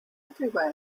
everywhere